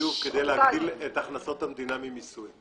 והביוב כדי להגדיל את הכנסות המדינה ממיסוי.